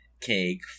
cake